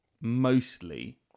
mostly